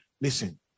Listen